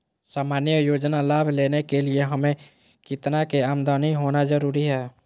सामान्य योजना लाभ लेने के लिए हमें कितना के आमदनी होना जरूरी है?